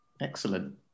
Excellent